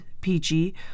PG